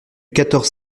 quatorze